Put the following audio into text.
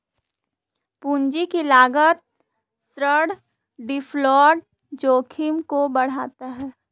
पूंजी की लागत ऋण डिफ़ॉल्ट जोखिम को बढ़ाता है